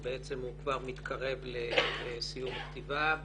שהוא כבר מתקרב לסיום הכתיבה.